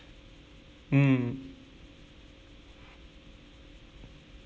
mm